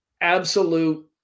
absolute